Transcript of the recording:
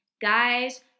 guys